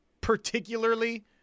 particularly